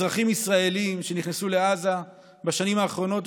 אזרחים ישראלים שנכנסו לעזה בשנים האחרונות,